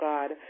God